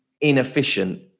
inefficient